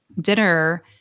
dinner